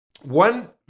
One